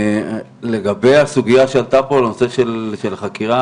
לגבי הסוגיה שעלתה פה בנושא החקירה,